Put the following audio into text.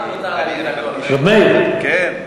ר' מאיר, כן.